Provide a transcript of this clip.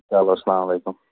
چَلو السَلام علیکُم